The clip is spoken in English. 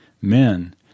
men